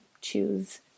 choose